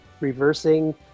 reversing